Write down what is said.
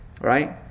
Right